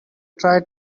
try